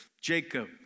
Jacob